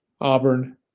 Auburn